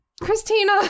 Christina